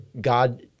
God